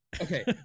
okay